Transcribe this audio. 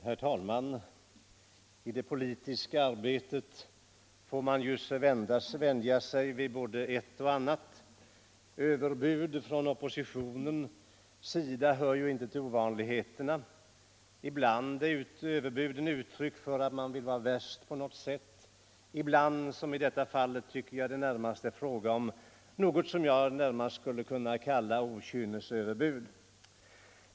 Herr talman! I det politiska arbetet får man vänja sig vid både ett och annat. Överbud från oppositionens sida hör inte till ovanligheterna. Ibland är överbuden uttryck för att man vill vara värst på något sätt; ibland — som i detta fall — tycker jag att det närmast är fråga om ett okynnesöverbud.